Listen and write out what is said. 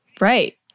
Right